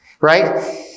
right